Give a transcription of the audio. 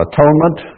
Atonement